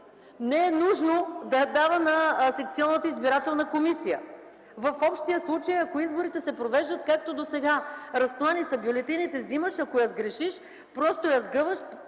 не е нужно да я дава на секционната избирателна комисия в общия случай, ако изборите се провеждат както досега. Разстлани са бюлетините, взимаш, ако я сгрешиш – просто я сгъваш,